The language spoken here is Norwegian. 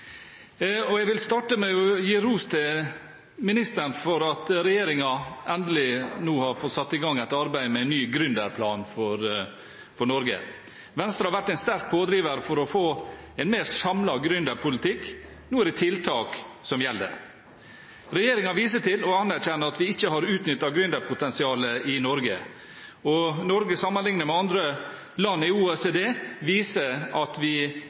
Jeg vil starte med å gi ros til ministeren for at regjeringen nå endelig har fått satt i gang et arbeid med ny gründerplan for Norge. Venstre har vært en sterk pådriver for å få en mer samlet gründerpolitikk. Nå er det tiltak som gjelder. Regjeringen viser til og erkjenner at man ikke har utnyttet gründerpotensialet i Norge. Og når man sammenligner Norge med andre land i OECD, viser det seg at vi